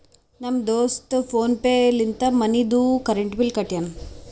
ನಮ್ ದೋಸ್ತ PhonePe ಲಿಂತೆ ಮನಿದು ಕರೆಂಟ್ ಬಿಲ್ ಕಟ್ಯಾನ್